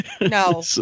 No